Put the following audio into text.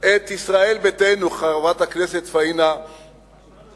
את ישראל ביתנו, חברת הכנסת פאינה קירשנבאום,